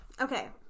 Okay